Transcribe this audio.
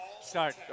Start